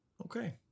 Okay